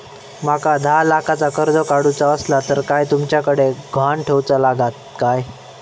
माका दहा लाखाचा कर्ज काढूचा असला तर काय तुमच्याकडे ग्हाण ठेवूचा लागात काय?